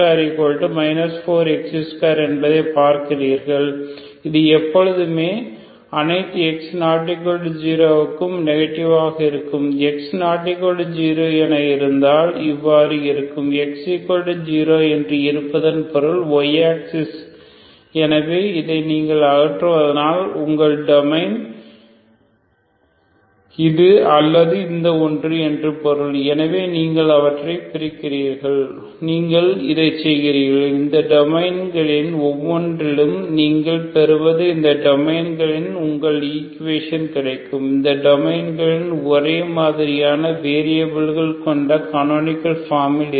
x2 4x2 என்பதை பார்க்கிறீர்கள் இது எப்பொழுதுமே அனைத்து x≠0 ககும் நெகட்டிவ் ஆக இருக்கும் x≠0 என இருந்தால் இவ்வாறு இருக்கும் x0 என்று இருப்பதன் பொருள் y axis எனவே இதை நீங்கள் அகற்றுவதால் உங்கள் டொமைன் இது அல்லது இந்த ஒன்று என்று பொருள் எனவே நீங்கள் அவற்றைப் பிரிக்கிறீர்கள் நீங்கள் இதைச் செய்கிறீர்கள் இந்த டொமைன்களில் ஒவ்வொன்றிலும் நீங்கள் பெறுவது இந்த டொமைன்களில் உங்கள் ஈக்குவேஷன் கிடைக்கும் இந்த டொமைன்களில் ஒரே மாதிரியான வெரியபில்கள் கொண்ட கனோனிகள் ஃபார்மில் இருக்கும்